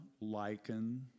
lichen